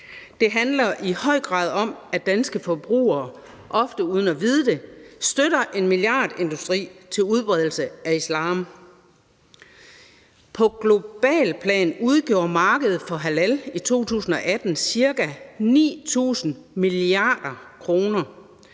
Det handler i høj grad om, at danske forbrugere ofte uden at vide det støtter en milliardindustri til udbredelse af islam. På globalt plan udgjorde markedet for halal i 2018 ca. 9.000 mia. kr.,